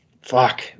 Fuck